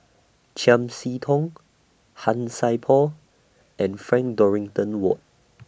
Chiam See Tong Han Sai Por and Frank Dorrington Ward